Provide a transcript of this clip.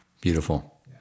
beautiful